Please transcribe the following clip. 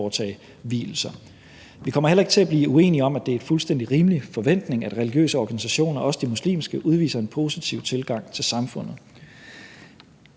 foretage vielser. Vi kommer heller ikke til at blive uenige om, at det er en fuldstændig rimelig forventning, at religiøse organisationer, også de muslimske, udviser en positiv tilgang til samfundet.